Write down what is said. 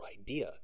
idea